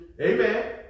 amen